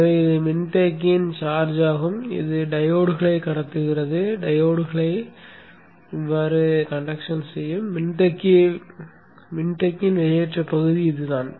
எனவே இது மின்தேக்கியின் சார்ஜ் ஆகும் இது டையோட்களை கடத்துகிறது டையோட்களை கடத்துகிறது மின்தேக்கியை வெளியேற்றபகுதி இதுதான்